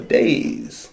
days